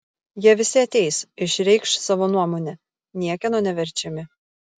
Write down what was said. jie visi ateis išreikš savo nuomonę niekieno neverčiami